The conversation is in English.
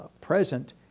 present